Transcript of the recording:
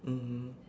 mmhmm